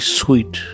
sweet